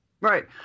Right